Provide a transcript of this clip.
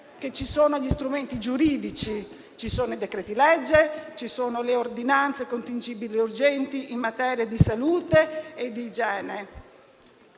che ci sono gli strumenti giuridici: ci sono i decreti-legge, ci sono le ordinanze contingibili e urgenti in materia di salute ed igiene.